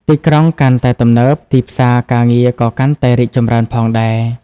ទីក្រុងកាន់តែទំនើប ទីផ្សារការងារក៏កាន់តែរីកចម្រើនផងដែរ។